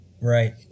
right